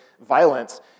violence